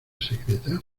secreta